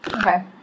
Okay